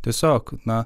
tiesiog na